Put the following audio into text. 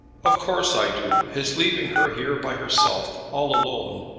of course i do his leaving her here by herself, all alone.